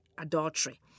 adultery